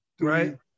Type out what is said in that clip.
Right